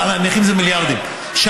הנכים זה מיליארדים,